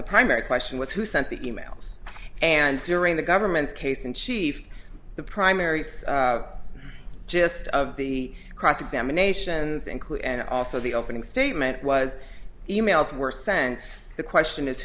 the primary question was who sent the e mails and during the government's case in chief the primary so just of the cross examinations include and also the opening statement was emails were sense the question is